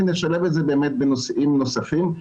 ונשלב את זה בנושאים נוספים.